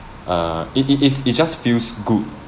err it it it it just feels good